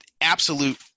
absolute